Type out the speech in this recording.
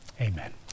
Amen